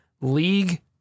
league